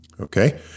Okay